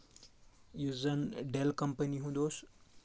یُس زَن deal company ہُنٛد اوس